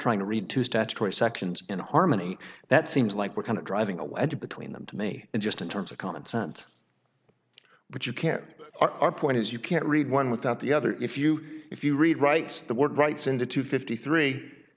trying to read to statutory sections in harmony that seems like we're kind of driving a wedge between them to me just in terms of common sense but you can't our point is you can't read one without the other if you if you read right the word rights into two fifty three